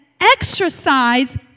exercise